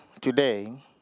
today